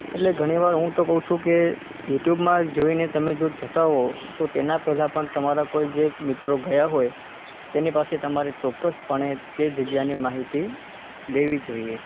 એટલે ઘણીવાર હું તો કહું છું કે યુટ્યુબમાં જ જોઈને તમે જો જતાં હોવ તો તેનાં પહેલાં પણ તમારા કોઈ જે મિત્રો ગયા હોય તેની પાસે તમારે ચોક્કસપણે તે જગ્યાની માહિતી લેવી જોઈએ